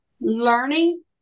learning